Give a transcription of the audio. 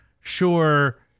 sure